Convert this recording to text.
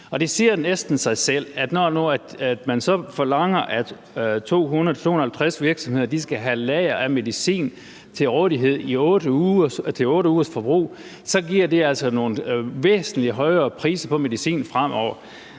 det siger næsten sig selv, at når man så forlanger, at 200-250 virksomheder skal have lagre af medicin til rådighed til 8 ugers forbrug, giver det altså nogle væsentlig højere priser på medicin fremover.